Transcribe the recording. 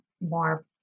more